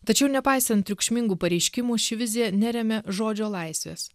tačiau nepaisant triukšmingų pareiškimų ši vizija neremia žodžio laisvės